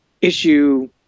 issue